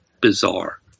bizarre